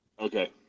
okay